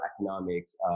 economics